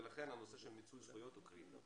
ולכן הנושא של מיצוי זכויות הוא קריטי.